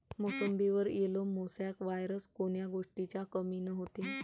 मोसंबीवर yellow mosaic virus कोन्या गोष्टीच्या कमीनं होते?